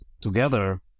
together